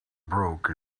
broke